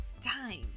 time